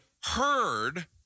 heard